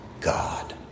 God